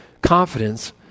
confidence